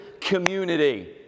community